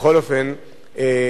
בכל אופן,